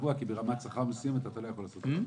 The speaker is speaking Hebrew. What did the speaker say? קבוע כי ברמת שכר מסוימת אתה לא יכול לעשות את זה מהבית.